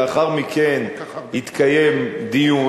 לאחר מכן יתקיים דיון.